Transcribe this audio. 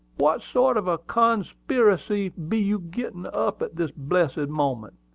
what sort of a con-spy-racy be you gittin' up at this blessed moment?